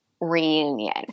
reunion